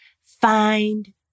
Find